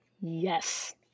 Yes